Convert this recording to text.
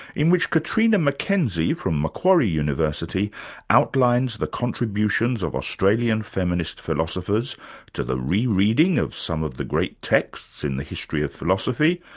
in which catriona mackenzie from macquarie university outlines the contributions of australian feminist philosophers to the re-reading of some of the great texts in the history of philosophy,